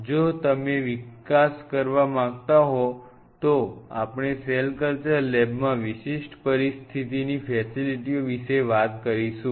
જો તમે વિકાસ કરવા માંગતા હોવ તો આપણે સેલ કલ્ચર લેબમાં વિશિષ્ટ પરિસ્થિતિની ફેસિલિટીઓ વિશે વાત કરીશું